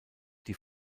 die